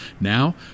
Now